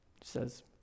says